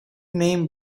name